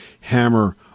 hammer